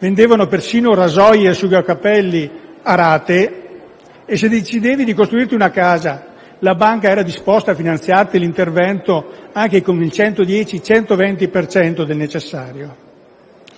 vendevano persino rasoi e asciugacapelli a rate, e se decidevi di costruirti una casa, la banca era disposta a finanziarti l'intervento anche con il 110-120 per cento